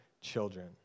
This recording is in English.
children